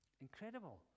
Incredible